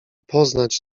poznać